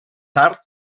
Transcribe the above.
tard